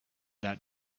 that